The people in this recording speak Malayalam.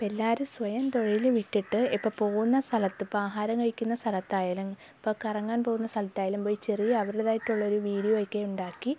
ഇപ്പം എല്ലാവരും സ്വയം തൊഴിൽ വിട്ടിട്ട് ഇപ്പം പോവുന്ന സ്ഥലത്ത് ഇപ്പം ആഹാരം കഴിക്കുന്ന സ്ഥലത്തായാലും ഇപ്പം കറങ്ങാൻ പോകുന്ന സ്ഥലത്തായാലും ചെറിയ അവരുടേതായിട്ടൊള്ള ഒരു വീഡിയോ ഒക്കെ ഉണ്ടാക്കി